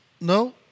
no